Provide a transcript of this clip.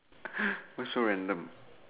why so random